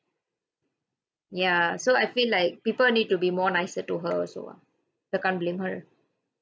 ya so I feel like people need to be more nicer to her also ah they can't blame her